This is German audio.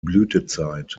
blütezeit